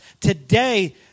today